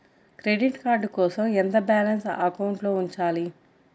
Credit card కోసం ఎంత balance అకౌంట్లో ఉంచాలి?